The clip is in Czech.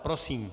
Prosím.